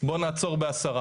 בואו נעצור ב-10.